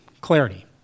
Clarity